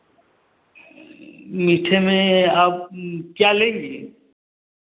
मीठे में आप क्या लेंगी